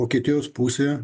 vokietijos pusė